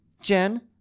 Jen